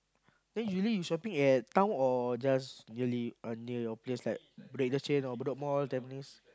then usually you shopping at town or just really near your place like Bedok interchange or Bedok Mall Tampines